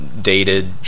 dated